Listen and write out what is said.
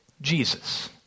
Jesus